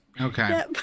Okay